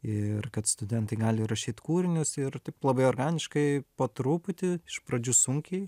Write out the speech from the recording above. ir kad studentai gali rašyt kūrinius ir taip labai organiškai po truputį iš pradžių sunkiai